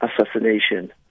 assassination